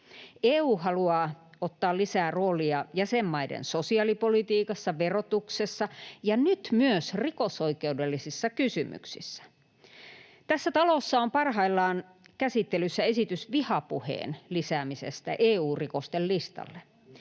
EU haluaa ottaa lisää roolia jäsenmaiden sosiaalipolitiikassa, verotuksessa ja nyt myös rikosoikeudellisissa kysymyksissä. Tässä talossa on parhaillaan käsittelyssä esitys vihapuheen lisäämisestä EU-rikosten listalle.